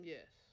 Yes